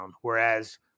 Whereas